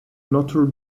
notre